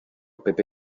pepe